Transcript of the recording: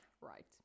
Right